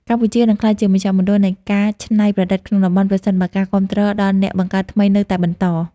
កម្ពុជានឹងក្លាយជាមជ្ឈមណ្ឌលនៃការច្នៃប្រឌិតក្នុងតំបន់ ប្រសិនបើការគាំទ្រដល់អ្នកបង្កើតថ្មីនៅតែបន្ត។